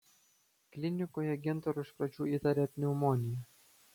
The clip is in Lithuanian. klinikoje gintarui iš pradžių įtarė pneumoniją